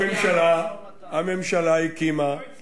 הממשלה הקימה, לא